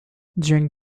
during